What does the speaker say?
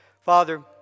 Father